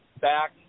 back